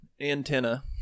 antenna